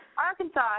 Arkansas